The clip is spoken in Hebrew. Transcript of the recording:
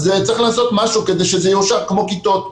אז צריך לעשות משהו כדי שזה יאושר כמו כיתות.